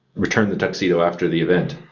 return the tuxedo after the event.